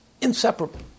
Inseparable